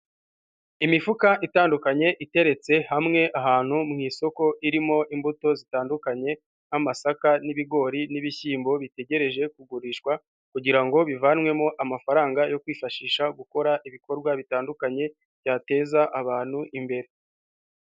Imifuka itandukanye iteretse hamwe ahantu mu isoko irimo imbuto zitandukanye, nk'amasaka n'ibigori n'ibishyimbo bitegereje kugurishwa kugira ngo bivanwemo amafaranga yo kwifashisha gukora ibikorwa bitandukanye, byateza abantu imbere.